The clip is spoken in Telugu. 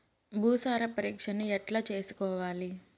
భూసార పరీక్షను ఎట్లా చేసుకోవాలి?